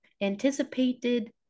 Anticipated